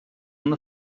una